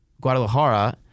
Guadalajara